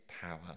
power